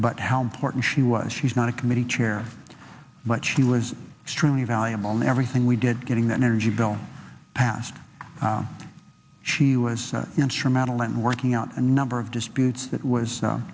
but how important she was she's not a committee chair but she was extremely valuable now everything we did getting the energy bill passed she was instrumental in working out a number of disputes that was